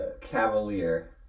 Cavalier